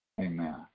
Amen